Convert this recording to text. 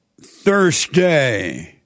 Thursday